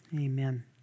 Amen